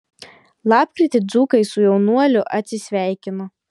lapkritį dzūkai su jaunuoliu atsisveikino